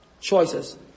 choices